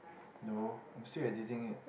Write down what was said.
no I'm still editing it